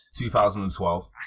2012